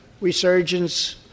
resurgence